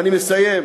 אני מסיים.